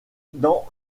dans